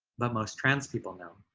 but most trans people know,